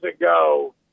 ago